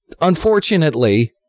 unfortunately